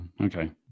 okay